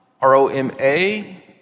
r-o-m-a